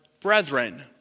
brethren